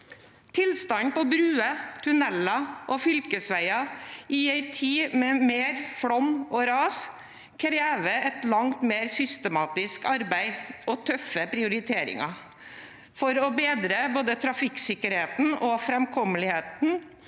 Tilstanden på bruer, tunneler og fylkesveier i en tid med mer flom og ras, krever et langt mer systematisk arbeid og tøffe prioriteringer for å bedre både trafikksikkerheten og framkommeligheten